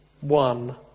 one